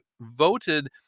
voted